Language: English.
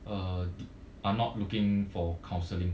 uh are not looking for counselling